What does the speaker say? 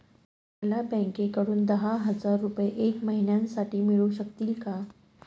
मला बँकेकडून दहा हजार रुपये एक महिन्यांसाठी मिळू शकतील का?